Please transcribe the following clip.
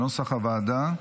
כנוסח הוועדה.